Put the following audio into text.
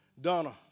Donna